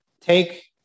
take